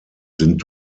sind